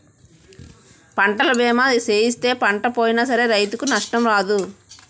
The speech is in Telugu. పంటల బీమా సేయిస్తే పంట పోయినా సరే రైతుకు నష్టం రాదు